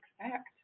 expect